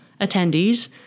Attendees